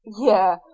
Yeah